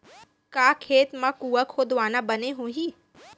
का खेत मा कुंआ खोदवाना बने होही?